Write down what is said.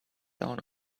down